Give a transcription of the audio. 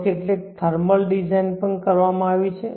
ત્યાં કેટલીક thermal design પણ કરવામાં આવી છે